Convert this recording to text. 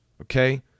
okay